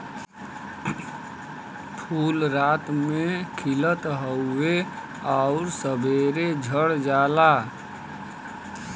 फूल रात में खिलत हउवे आउर सबेरे झड़ जाला